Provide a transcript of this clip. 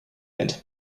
and